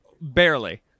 Barely